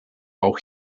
auch